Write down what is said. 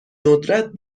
ندرت